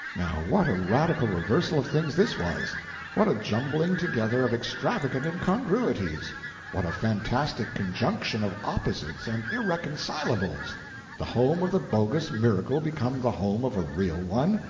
now what a radical reversal of things this was what a jumbling together of extravagant incongruities what a fantastic conjunction of opposites and irreconcilables the home of the bogus miracle become the home of a real one,